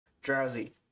Drowsy